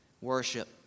worship